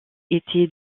était